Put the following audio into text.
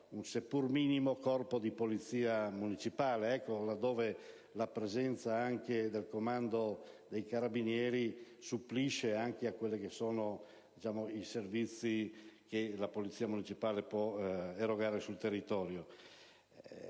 un seppur minimo Corpo di polizia municipale, laddove la presenza del comando dei carabinieri supplisce anche ai servizi che la polizia municipale può erogare sul territorio.